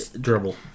Dribble